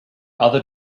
other